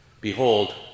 behold